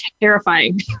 terrifying